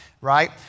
right